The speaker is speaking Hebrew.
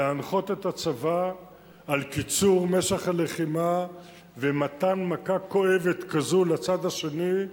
הוא להנחות את הצבא על קיצור משך הלחימה ומתן מכה כואבת כזו לצד השני,